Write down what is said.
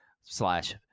slash